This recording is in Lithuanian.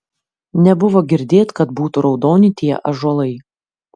nebuvo girdėt kad būtų raudoni tie ąžuolai